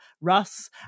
Russ